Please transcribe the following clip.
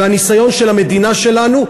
והניסיון של המדינה שלנו,